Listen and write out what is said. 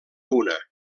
una